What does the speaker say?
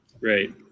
Right